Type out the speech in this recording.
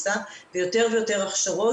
ויותר ויותר הכשרות.